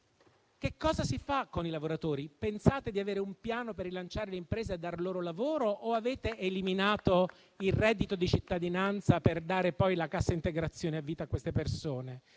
che cosa si intende fare con i lavoratori: pensate di avere un piano per rilanciare le imprese e dar loro lavoro o avete eliminato il reddito di cittadinanza per dare poi la cassa integrazione a vita a queste persone?